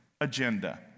agenda